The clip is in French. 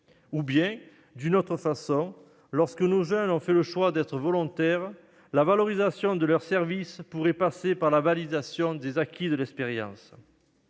D'une autre façon, lorsque nos jeunes ont fait le choix d'être volontaires, la valorisation de leur service pourrait passer par la validation des acquis de l'expérience.